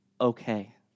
okay